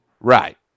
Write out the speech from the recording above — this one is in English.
Right